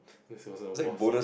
this wasn't a wasp